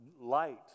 light